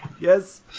Yes